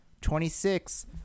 Twenty-six